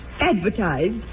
advertised